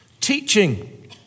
teaching